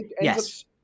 Yes